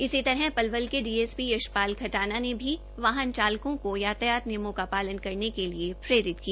इसी तरह पलवल के डीएसपी यशपाल खटाना ने भी वाहन चालकों को यातायात नियमों का पालन करने के लिए प्रेरित किया